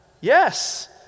yes